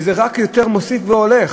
וזה רק יותר מוסיף והולך.